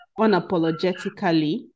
unapologetically